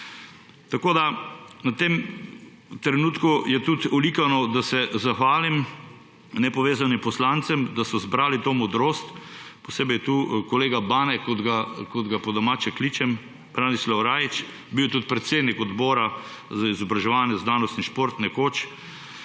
zasebne. V tem trenutku je tudi olikano, da se zahvalim nepovezanim poslancem, da so zbrali to modrost, posebej tu kolega Bane, kot ga po domače kličem, Branislav Rajić, bil je tudi predsednik odbora za izobraževanje, znanost in šport nekoč.